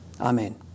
Amen